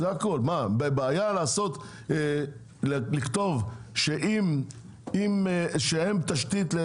בעיה לכתוב שאין תשתית?